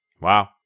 Wow